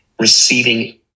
receiving